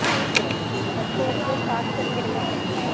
ஆ இருக்குது இருக்குது cut shoe இருக்குது சாக்ஸ் இருக்குது எல்லாமே இருக்குது மேம்